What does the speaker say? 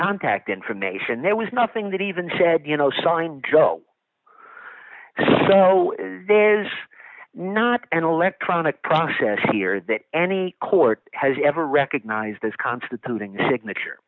contact information it was nothing that even said you know signed joe so there is not an electronic process here that any court has ever recognised as constituting a signature